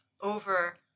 over